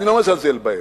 אני לא מזלזל בהן.